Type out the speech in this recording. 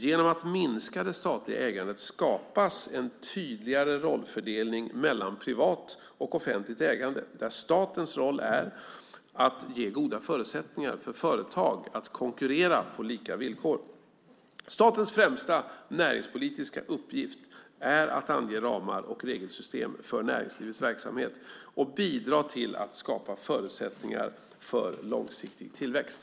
Genom att minska det statliga ägandet skapas en tydligare rollfördelning mellan privat och offentligt ägande, där statens roll är att ge goda förutsättningar för företag att konkurrera på lika villkor. Statens främsta näringspolitiska uppgift är att ange ramar och regelsystem för näringslivets verksamhet och bidra till att skapa förutsättningar för långsiktig tillväxt.